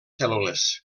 cèl·lules